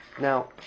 Now